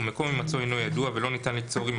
ומקום הימצאו אינו ידוע ולא ניתן ליצור עמו